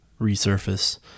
resurface